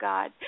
God